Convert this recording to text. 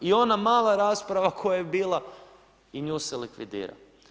I ona mala rasprava koja je bila i nju se likvidira.